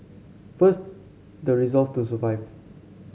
first the resolve to survive